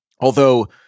Although-